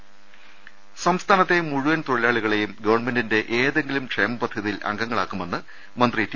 രദ്ദേഷ്ടങ സംസ്ഥാനത്തെ മുഴുവൻ തൊഴിലാളികളെയും ഗവൺമെന്റിന്റെ ഏതെ ങ്കിലും ക്ഷേമപദ്ധതിയിൽ അംഗങ്ങളാക്കുമെന്ന് മന്ത്രി ടി